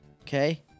Okay